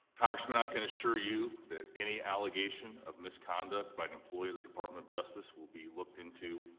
congressman i can assure you that any allegation of misconduct by an employee of the department of justice will be looked into